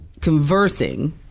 conversing